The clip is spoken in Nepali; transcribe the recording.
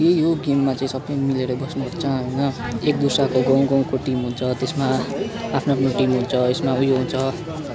यही हो गेममा चाहिँ सबै मिलेर बस्नुसक्छ होइन एक दुसराको गाउँ गाउँको टिम हुन्छ त्यसमा आफ्नो आफ्नो टिम हुन्छ यसमा उयो हुन्छ